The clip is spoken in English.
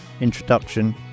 introduction